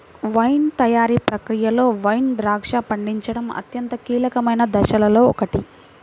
wine తయారీ ప్రక్రియలో wine ద్రాక్ష పండించడం అత్యంత కీలకమైన దశలలో ఒకటి